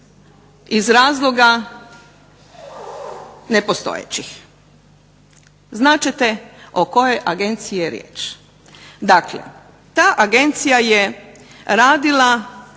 iz razloga nepostojećih. Znat ćete o kojoj agenciji je riječ. Dakle, ta agencija je radila